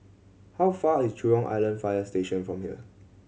how far is Jurong Island Fire Station from here